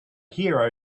hero